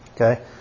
Okay